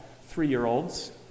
three-year-olds